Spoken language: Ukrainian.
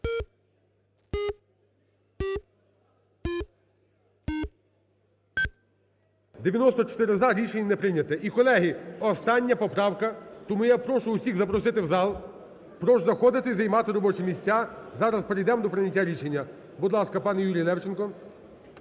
За-94 Рішення не прийняте. І, колеги, остання поправка тому я прошу всіх запросити в зал, прошу заходити і займати робочі місця, зараз перейдемо до прийняття рішення. Будь ласка, пане Юрій Левченко.